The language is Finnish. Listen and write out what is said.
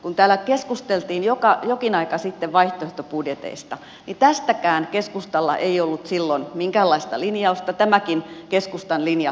kun täällä keskusteltiin jokin aika sitten vaihtoehtobudjeteista niin tästäkään keskustalla ei ollut silloin minkäänlaista linjausta tämäkin keskustan linja salattiin